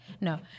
No